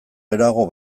geroago